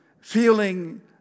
Feeling